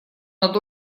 над